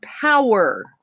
power